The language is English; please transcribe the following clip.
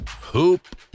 Hoop